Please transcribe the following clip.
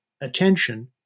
attention